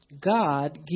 god